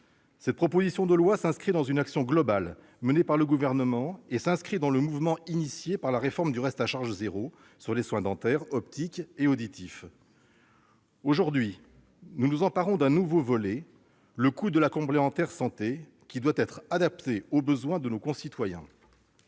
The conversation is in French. Cette proposition de loi s'inscrit dans une action globale menée par le gouvernement et dans le mouvement engagé par la réforme du reste à charge zéro sur les soins dentaires, optiques et auditifs. Aujourd'hui, nous nous emparons d'un nouveau volet : le coût de la complémentaire santé, qui doit être adapté aux besoins de nos concitoyens.